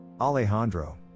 Alejandro